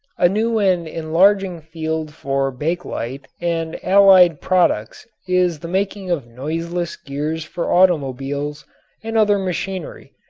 a new and enlarging field for bakelite and allied products is the making of noiseless gears for automobiles and other machinery,